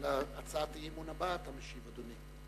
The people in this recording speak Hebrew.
גם על הצעת האי-אמון הבאה אתה משיב, אדוני.